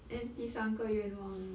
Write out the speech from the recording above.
then 第三个愿望 eh